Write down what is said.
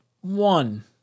one